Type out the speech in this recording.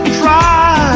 try